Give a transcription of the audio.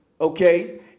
okay